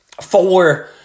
four